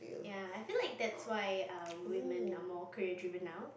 ya I feel like that's why err women are more career driven now